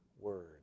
Word